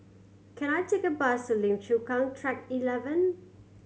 can I take a bus to Lim Chu Kang Track Eleven